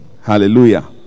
Hallelujah